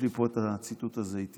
ובמקרה יש לי את הציטוט הזה איתי,